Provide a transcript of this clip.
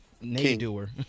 name-doer